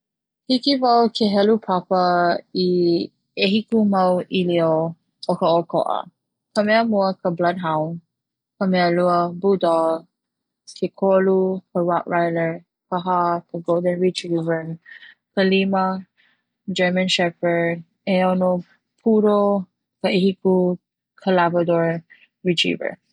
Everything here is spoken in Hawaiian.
Hiki wau ke helu papa i ʻehiku mau ʻilio o ka ʻokoʻa ka mea mua ka Bloodhound, ka mea lua bulldog, ke kolu ka Rottweiler, ka hā Golden retriever, ka lima German Shepherd, ʻeono poddle, ka ʻehiku Labrador retriever